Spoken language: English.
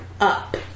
up